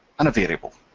and a variable.